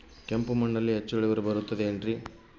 ಕೆಂಪು ಮಣ್ಣಲ್ಲಿ ಹೆಚ್ಚು ಇಳುವರಿ ಬರುತ್ತದೆ ಏನ್ರಿ?